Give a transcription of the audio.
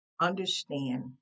understand